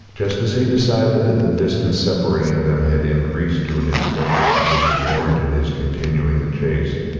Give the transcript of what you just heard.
just as he decided that the distance separating them had increased to an extent which warranted his continuing the chase,